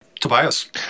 Tobias